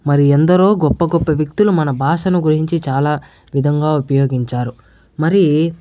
మరి ఎందరో గొప్ప గొప్ప వ్యక్తులు మన భాషను గురించి చాలా విధంగా ఉపయోగించారు మరీ